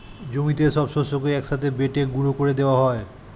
জমিতে সব শস্যকে এক সাথে বেটে গুঁড়ো করে দেওয়া হয়